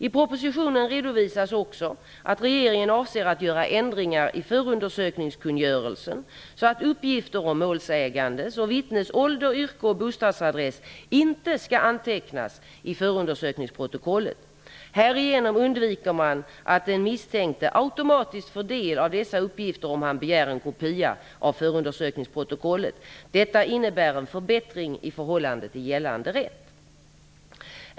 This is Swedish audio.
I propositionen redovisas också att regeringen avser att göra ändringar i förundersökningskungörelsen så att uppgifter om målsägandes och vittnens ålder, yrke och bostadsadress inte skall antecknas i förundersökningsprotokollet. Härigenom undviker man att den misstänkte automatiskt får del av dessa uppgifter om han begär en kopia av förundersökningsprotokollet. Detta innebär en förbättring i förhållande till gällande rätt.